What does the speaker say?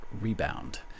Rebound